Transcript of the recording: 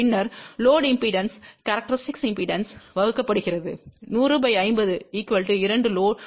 பின்னர் load impedance characteristic impedance வகுக்கப்படுகிறது 10050 2